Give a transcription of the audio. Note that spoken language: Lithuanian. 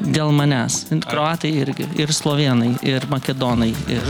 dėl manęs kroatai irgi ir slovėnai ir makedonai ir